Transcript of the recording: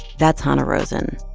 that's hanna rosin.